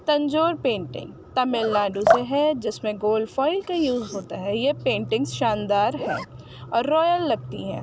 Tanjore painting Tamil Nadu سے ہے جس میں گولڈ فوائل کا یوز ہوتا ہے یہ پینٹنگس شاندار ہیں اور رایل لگتی ہیں